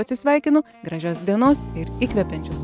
atsisveikinu gražios dienos ir įkvepiančios